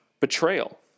betrayal